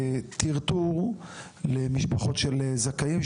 וטרטור למשפחות של זכאים,